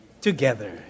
together